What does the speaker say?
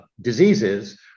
diseases